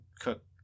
cook